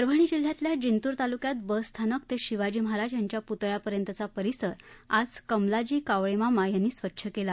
परभणी जिल्ह्यातल्या जिंतूर तालुक्यात बस स्थानक ते शिवाजी महाराज यांच्या पुतळ्यापर्यंतचा परिसर आज कमलाजी कावळे मामा यांनी स्वच्छ केला